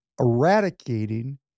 Eradicating